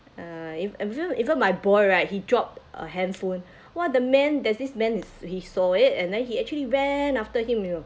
uh even even my boy right he dropped a handphone !wah! the man there's this man he he saw it and then he actually ran after him you know